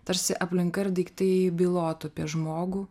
tarsi aplinka ir daiktai bylotų apie žmogų